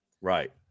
Right